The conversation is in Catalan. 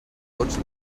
tots